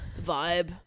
Vibe